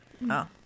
No